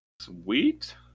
Sweet